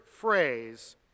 phrase